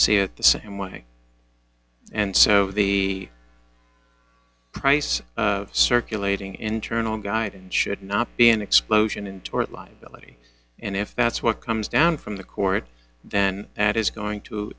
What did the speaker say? see it the same way and so the price circulating internal guide should not be an explosion in tort liability and if that's what comes down from the court then that is going to